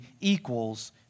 equals